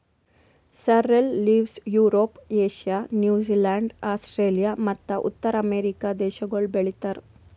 sorrel leaves Europe, Asia, New Zealand, Australia ಮತ್ತ ಉತ್ತರ America ದೇಶಗೊಳ್ ಬೆ ಳಿತಾರ್